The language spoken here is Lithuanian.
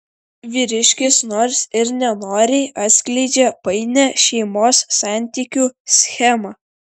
vyriškis nors ir nenoriai atskleidžia painią šeimos santykių schemą